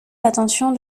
l’attention